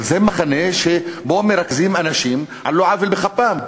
אבל זה מחנה שבו מרכזים אנשים על לא עוול בכפם.